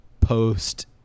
post